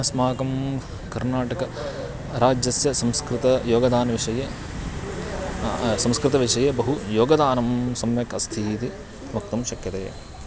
अस्माकं कर्नाटकराज्यस्य संस्कृतयोगदानविषये संस्कृतविषये बहु योगदानं सम्यक् अस्तीति वक्तुं शक्यते